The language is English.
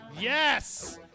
Yes